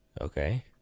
Okay